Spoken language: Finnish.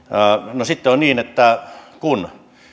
no sitten on niin että kun